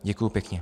Děkuji pěkně.